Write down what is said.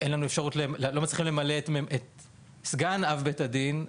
אין לנו אפשרות למנות את סגן אב בית הדין,